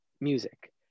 music